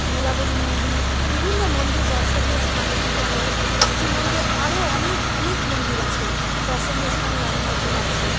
মেলাবুড়ি মন্দির বিভিন্ন মন্দির দর্শনীয় স্থান কিন্তু আমাদের পশ্চিমবঙ্গে আরো অনেক অনেক মন্দির আছে দর্শনীয় স্থান ল্যান্ডমার্কগুলো আছে